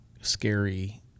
scary